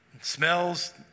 smells